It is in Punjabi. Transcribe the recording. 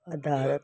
ਅਧਾਰਤ